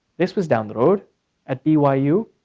this was down the road at byu,